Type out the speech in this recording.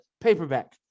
paperback